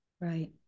Right